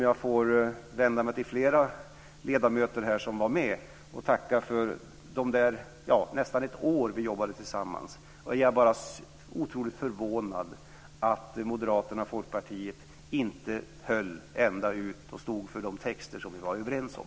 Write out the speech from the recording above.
Jag får vända mig till flera ledamöter som var med och tacka för det nästan ett år som vi jobbade tillsammans. Jag är bara otroligt förvånad över att Moderaterna och Folkpartiet inte höll ända ut och stod för de texter som vi var överens om.